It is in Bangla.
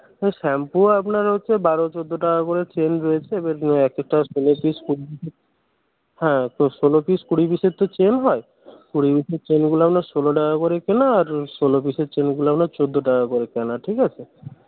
তো শ্যাম্পু আপনার হচ্ছে বারো চৌদ্দো টাকা করে চেন রয়েছে এবার ষোলো পিস হ্যাঁ তো ষোলো পিস কুড়ি পিসের তো চেন হয় কুড়ি পিসের চেনগুলো আপনার ষোলো টাকা করে কেনা আর ষোলো পিসের চেনগুলো আপনার চৌদ্দো টাকা করে কেনা ঠিক আছে